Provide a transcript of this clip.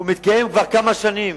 הוא מתקיים כבר כמה שנים.